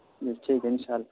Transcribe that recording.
جی ٹھیک ہے انشاء اللہ